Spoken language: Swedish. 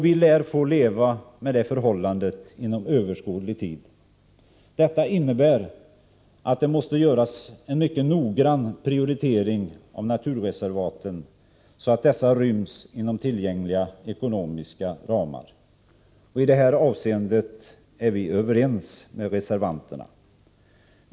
Vi lär få leva med det förhållandet inom överskådlig tid. Detta innebär att det måste göras en mycket noggrann prioritering av naturreservaten, så att dessa ryms inom tillgängliga ekonomiska ramar. I detta avseende är vi överens med reservanterna.